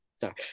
Sorry